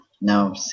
no